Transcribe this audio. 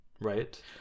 right